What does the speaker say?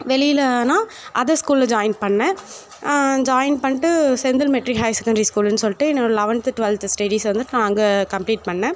வெளியிலன்னா other ஸ்கூல்ல join பண்ணேன் join பண்ணிட்டு செந்தில் மெட்ரிக் ஹை செகேண்ட்ரி ஸ்கூலுன் சொல்லிட்டு என்னோடய லவன்த் டுவெல்த் ஸ்டடிஸ்ஸை வந்து நான் அங்கே கம்ப்ளீட் பண்ணேன்